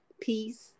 peace